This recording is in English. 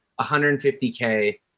150K